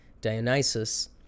Dionysus